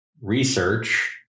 research